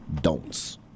don'ts